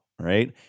Right